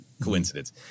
coincidence